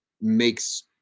makes